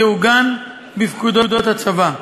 תעוגן בפקודות הצבא.